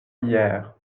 hier